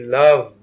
love